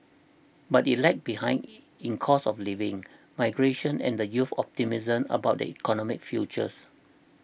but it lagged behind in cost of living migration and the youth's optimism about their economic future